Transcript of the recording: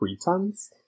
pretense